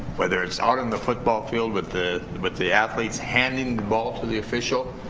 whether it's out on the football field with the with the athletes handing the ball to the official,